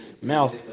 mouth